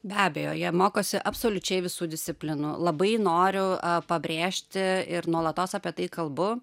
be abejo jie mokosi absoliučiai visų disciplinų labai noriu pabrėžti ir nuolatos apie tai kalbu